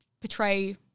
portray